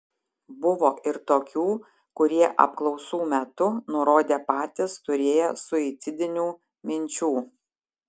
buvo ir tokių kurie apklausų metu nurodė patys turėję suicidinių minčių